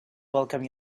welcome